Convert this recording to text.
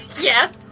Yes